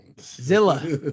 Zilla